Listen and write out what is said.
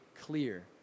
clear